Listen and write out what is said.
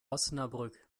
osnabrück